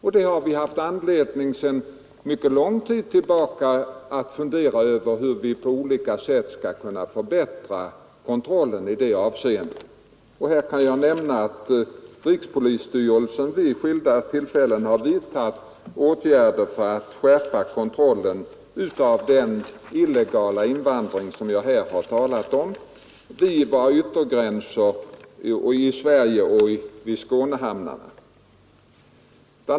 Sedan mycket lång tid tillbaka har vi haft anledning att fundera över hur vi på olika sätt skall kunna förbättra kontrollen i detta avseende. Jag kan nämna att rikspolisstyrelsen vid skilda tillfällen har vidtagit åtgärder för att skärpa kontrollen av den illegala invandringen vid våra yttergränser, inne i Sverige och vid Skånehamnarna. BI.